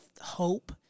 hope